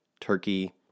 Turkey